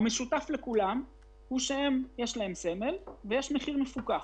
כאשר המשותף לכולם זה שיש להם סמל והמחיר שם מפוקח.